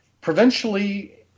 provincially